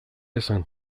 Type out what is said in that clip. esan